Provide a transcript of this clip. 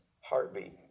heartbeat